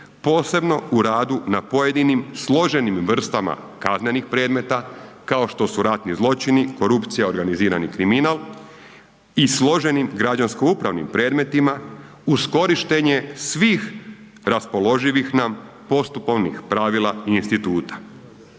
posebno u radu na pojedinim složenim vrstama kaznenih predmeta kao što su ratni zločini, korupcija, organizirani kriminal i složenim građansko upravnim predmetima uz korištenje svih raspoloživih nam postupovnih pravila i instituta.